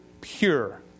pure